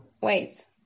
wait